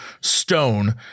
stone